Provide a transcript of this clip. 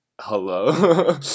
hello